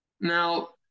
Now